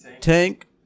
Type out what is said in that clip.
Tank